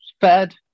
bad